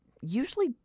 usually